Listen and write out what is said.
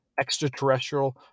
extraterrestrial